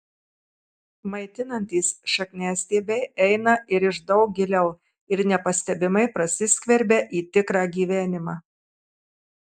maitinantys šakniastiebiai eina ir iš daug giliau ir nepastebimai prasiskverbia į tikrą gyvenimą